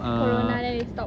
corona then they stop